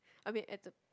I mean at the